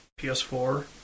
PS4